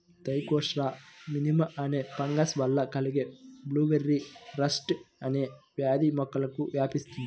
Thekopsora minima అనే fungus వల్ల కలిగే బ్లూబెర్రీ రస్ట్ అనే వ్యాధి మొక్కలకు వ్యాపిస్తుంది